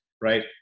right